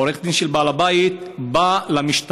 עורך הדין של בעל הבית בא למשטרה,